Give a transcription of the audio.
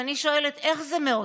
ואני שואלת: איך זה מעודד,